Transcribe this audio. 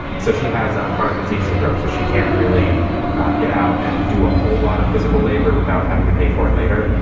so she has chronic fatigue syndrome. so she can't really get out and do a whole lot of physical labor without having to pay for it later.